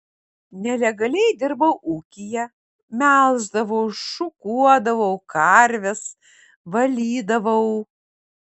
nelegaliai dirbau ūkyje melždavau šukuodavau karves valydavau